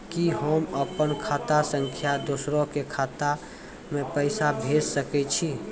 कि होम अपन खाता सं दूसर के खाता मे पैसा भेज सकै छी?